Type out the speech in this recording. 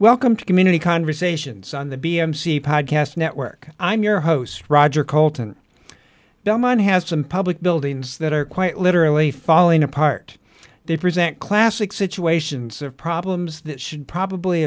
welcome to community conversations on the b m c podcast network i'm your host roger colton delmon has some public buildings that are quite literally falling apart they present classic situations of problems that should probably